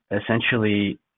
essentially